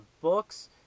books